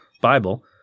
Bible